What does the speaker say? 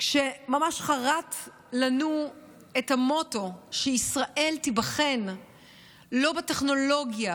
שממש חרת לנו את המוטו שישראל תיבחן לא בטכנולוגיה